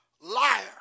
liar